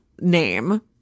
name